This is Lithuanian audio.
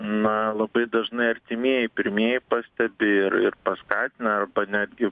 na labai dažnai artimieji pirmieji pastebi ir ir paskatina arba netgi